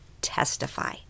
testify